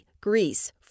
Greece